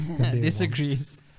disagrees